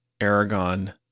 Aragon